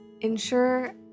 Ensure